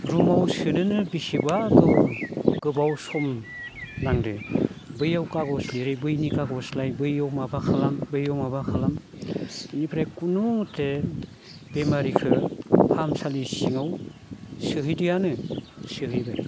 रुमाव सोनोनो बेसेबा गोबाव सम नांदो बैयाव खाग'ज लिरै बैयाव खाग'स लाय बैयाव माबा खालाम बैयाव माबा खालाम इनिफ्राय खुनु मथे बेमारिखो फाहामसालि सिङाव सोहैदियानो सोहैबाय